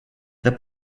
это